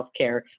healthcare